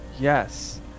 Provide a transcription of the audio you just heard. Yes